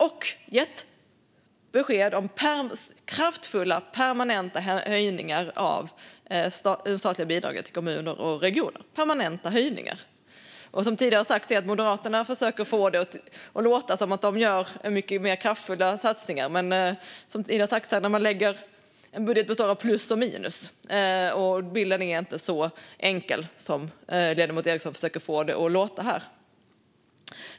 Vi har gett besked om kraftfulla permanenta höjningar av det statliga bidraget till kommuner och regioner. Som jag tidigare har sagt försöker Moderaterna få det att låta som att de gör mycket mer kraftfulla satsningar. Men som tidigare har sagts här består en budget av plus och minus. Bilden är inte så enkel som ledamoten Ericson försöker få det att låta som här.